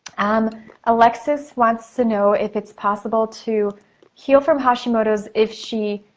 um alexis wants to know if it's possible to heal from hashimoto's if she,